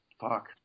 Fuck